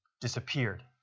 disappeared